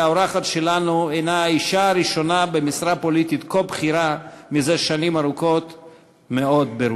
היא האישה הראשונה במשרה פוליטית כה בכירה ברוסיה זה שנים ארוכות מאוד.